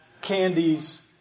candies